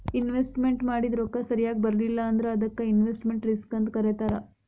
investment ಮಾಡಿದ್ ರೊಕ್ಕ ಸರಿಯಾಗ್ ಬರ್ಲಿಲ್ಲಾ ಅಂದ್ರ ಅದಕ್ಕ ಇನ್ವೆಸ್ಟ್ಮೆಟ್ ರಿಸ್ಕ್ ಅಂತ್ ಕರೇತಾರ